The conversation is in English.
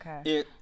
Okay